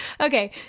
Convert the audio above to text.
Okay